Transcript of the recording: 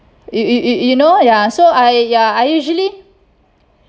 you you you know ya so I ya I usually